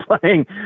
playing